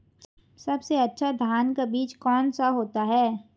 सबसे अच्छा धान का बीज कौन सा होता है?